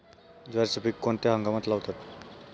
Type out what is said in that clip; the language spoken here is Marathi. ज्वारीचे पीक कोणत्या हंगामात लावतात?